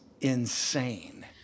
insane